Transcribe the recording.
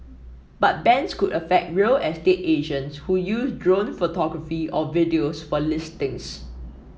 but bans could affect real estate agents who use drone photography or videos for listings